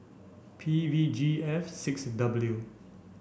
P V G F six W